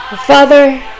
father